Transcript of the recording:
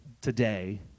today